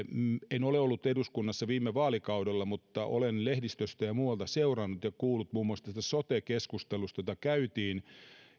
en ole ollut eduskunnassa viime vaalikaudella mutta olen lehdistöstä ja ja muualta seurannut muun muassa tätä sote keskustelua jota käytiin